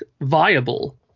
viable